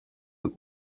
houx